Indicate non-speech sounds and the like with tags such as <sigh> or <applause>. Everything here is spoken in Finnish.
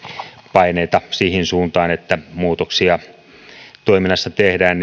paineita siihen suuntaan on että muutoksia toiminnassa tehdään <unintelligible>